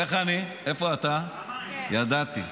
לא לאנשים שקמים בבוקר ורק מבזים את הכנסת.